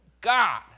God